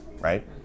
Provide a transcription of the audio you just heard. right